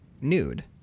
nude